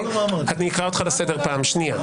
אני אקרא אותך לסדר פעם שנייה.